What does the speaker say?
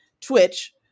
Twitch